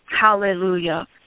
Hallelujah